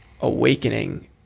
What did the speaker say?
awakening